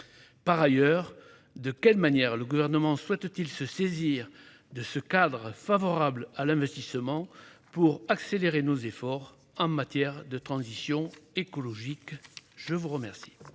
Par ailleurs, de quelle manière le Gouvernement souhaite-t-il se saisir de ce cadre favorable à l'investissement pour accélérer nos efforts en matière de transition écologique ? La parole